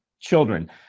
Children